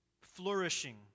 flourishing